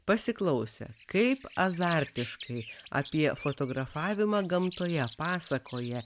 pasiklausę kaip azartiškai apie fotografavimą gamtoje pasakoja